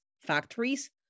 factories